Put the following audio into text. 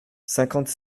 cinquante